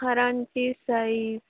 हरांची size